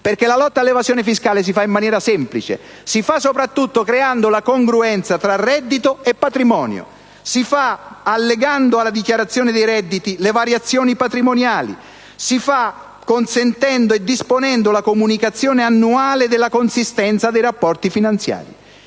Perché la lotta all'evasione fiscale si fa in maniera semplice, soprattutto creando la congruenza tra reddito e patrimonio, allegando alla dichiarazione dei redditi le variazioni patrimoniali, consentendo e disponendo la comunicazione annuale della consistenza dei rapporti finanziari.